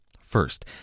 First